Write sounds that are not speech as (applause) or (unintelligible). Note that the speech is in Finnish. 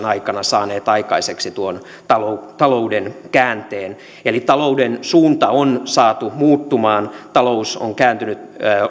(unintelligible) aikana saaneet aikaiseksi tuon talouden talouden käänteen eli talouden suunta on saatu muuttumaan talous on kääntynyt